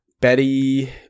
Betty